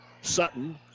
Sutton